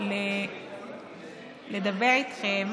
לדבר איתכם